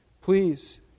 Please